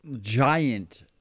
giant